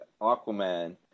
Aquaman